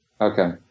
Okay